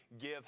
give